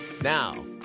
Now